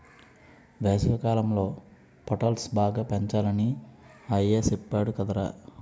వేసవికాలంలో పొటల్స్ బాగా పెంచాలని అయ్య సెప్పేడు కదరా